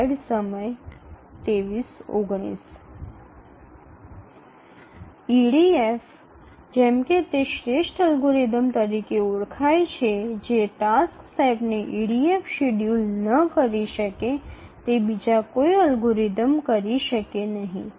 EDF જેમ કે તે શ્રેષ્ઠ અલ્ગોરિધમ તરીકે ઓળખાય છે જે ટાસક્સ સેટને ઇડીએફ શેડ્યૂલ ન કરી શકે તે બીજા કોઈ અલ્ગોરિધમ કરી શકે નહીં